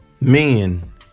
men